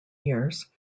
years